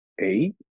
eight